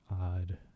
odd